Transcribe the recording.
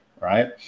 right